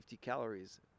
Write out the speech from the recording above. calories